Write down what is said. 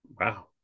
Wow